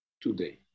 today